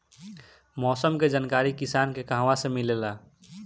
मौसम के जानकारी किसान के कहवा से मिलेला?